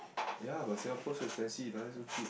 ya but Singapore so expensive down there so cheap